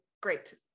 great